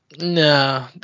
No